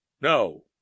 no